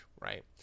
right